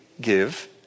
give